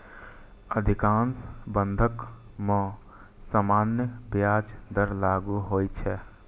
अधिकांश बंधक मे सामान्य ब्याज दर लागू होइ छै